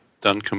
done